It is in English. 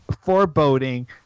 foreboding